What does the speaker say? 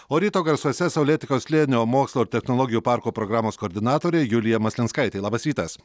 o ryto garsuose saulėtekio slėnio mokslo ir technologijų parko programos koordinatorė julija maslinskaitė labas rytas